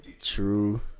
True